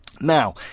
Now